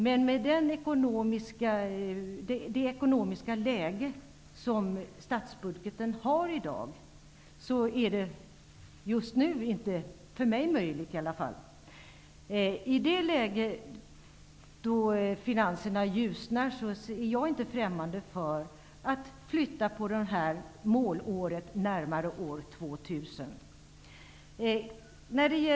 Men med det ekonomiska läge som i dag råder beträffande statsbudgeten är detta just nu inte möjligt att genomföra, i varje fall enligt min mening. I det läge finanserna ljusnar är jag inte främmande för att flytta målåret närmare år 2000.